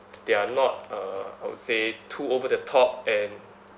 they're not uh I would say too over the top and